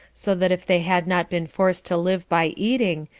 so that if they had not been forced to live by eating,